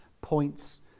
points